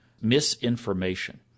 misinformation